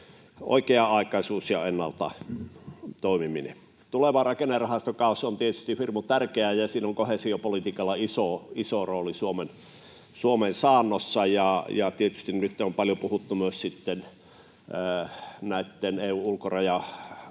oikea-aikaisuus ja ennalta toimiminen. Tuleva rakennerahastokausi on tietysti hirmu tärkeä, ja siinä on koheesiopolitiikalla iso, iso rooli Suomen saannossa. Tietysti nytten on paljon myös puhuttu EU:n ulkorajamaiden